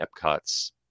epcot's